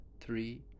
three